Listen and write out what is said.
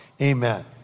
amen